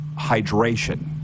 hydration